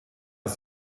ist